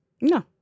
No